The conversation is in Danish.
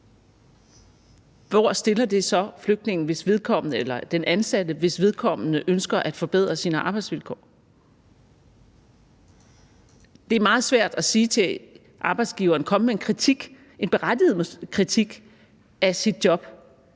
Hvor stiller det så den ansatte, hvis vedkommende ønsker at forbedre sine arbejdsvilkår? Det er meget svært over for arbejdsgiveren at komme med en kritik, en berettiget kritik, af ens job,